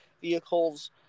vehicles